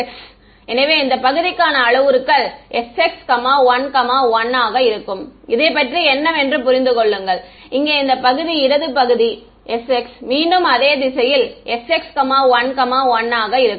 sx எனவே இந்த பகுதிக்கான அளவுருக்கள் sx 11 ஆக இருக்கும் இதைப் பற்றி என்னவென்று புரிந்து கொள்ளுங்கள் இங்கே இந்த பகுதி இடது பகுதி sx மீண்டும் அதே திசையில் sx11 இருக்கும்